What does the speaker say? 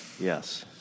Yes